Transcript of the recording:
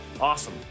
Awesome